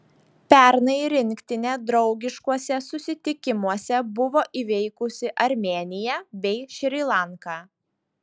pernai rinktinė draugiškuose susitikimuose buvo įveikusi armėniją bei šri lanką